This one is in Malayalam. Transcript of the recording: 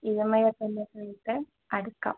ഇ എം ഐ ആയിട്ട് അടയ്ക്കാം